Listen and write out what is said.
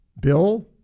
Bill